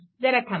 जरा थांबा